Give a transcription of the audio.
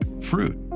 fruit